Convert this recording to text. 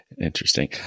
Interesting